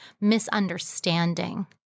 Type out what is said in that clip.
misunderstanding